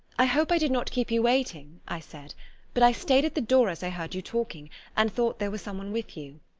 i hope i did not keep you waiting, i said but i stayed at the door as i heard you talking and thought there was some one with you.